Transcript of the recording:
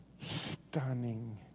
stunning